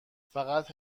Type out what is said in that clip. فقط